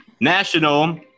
national